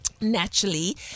Naturally